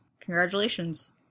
Congratulations